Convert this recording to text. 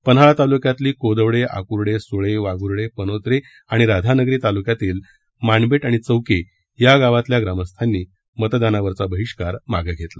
पन्हाळा तालुक्यातली कोदवडे आकुडे सुळे वाघुडे पनोत्रे आणि राधानगरी तालुक्यातील माणबेट आणि चौके या गावातल्या ग्रामस्थांनी मतदानावरील बहिष्कार मागे घेतला